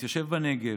להתיישב בנגב,